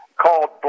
called